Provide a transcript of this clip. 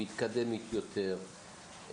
מתקדמת יותר,